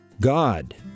God